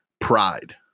pride